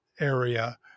area